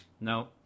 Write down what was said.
No